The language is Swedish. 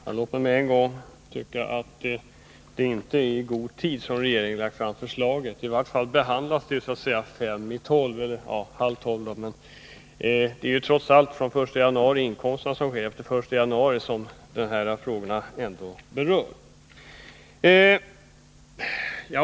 Herr talman! Låt mig med en gång säga att regeringen inte har lagt fram förslaget i god tid — det behandlas så att säga halv tolv. Det är trots allt inkomster fr.o.m. den 1 januari som berörs av detta.